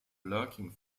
lurking